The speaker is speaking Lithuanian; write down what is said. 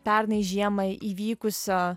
pernai žiemą įvykusio